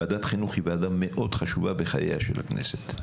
ועדת חינוך היא ועדה מאוד חשובה בחייה של הכנסת,